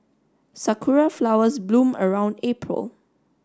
sakura flowers bloom around April